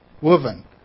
woven